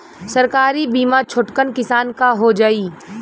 सरकारी बीमा छोटकन किसान क हो जाई?